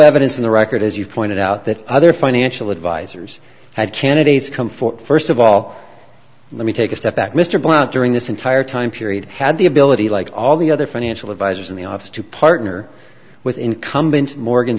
evidence in the record as you pointed out that other financial advisors had candidates come for first of all let me take a step back mr blount during this entire time period had the ability like all the other financial advisors in the office to partner with incumbent morgan